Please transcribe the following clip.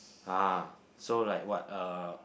ah so like what uh